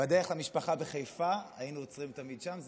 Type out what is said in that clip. בדרך למשפחה בחיפה היינו עוצרים שם תמיד.